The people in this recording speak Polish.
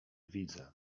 widzę